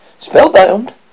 spellbound